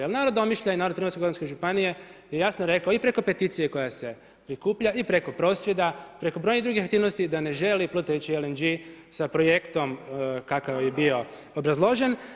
Jer narod Omišlja je narod Primorsko-goranske županije je jasno rekao i preko peticije koja se prikuplja i preko prosvjeda, preko brojnih drugih aktivnosti da ne želi plutajući LNG sa projektom kakav je bio obrazložen.